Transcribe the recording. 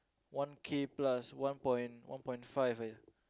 one K plus one point one point five I